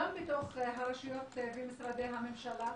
גם בתוך הרשויות ומשרדי הממשלה.